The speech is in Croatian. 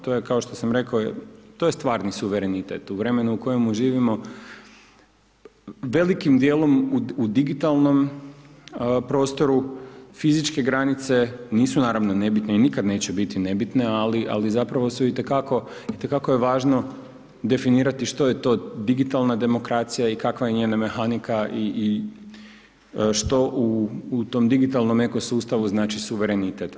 To je kao što sam rekao, to je stvarni suverenitet, u vremenu u kojemu živimo velikim dijelom u digitalnom prostoru fizičke granice nisu naravno nebitne i nikad neće biti nebitne ali zapravo su i te kako, i te kako je važno definirati što je to digitalna demokracija i kakva je njena mehanika i što u tom digitalnom eko sustavu znači suverenitet.